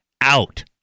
out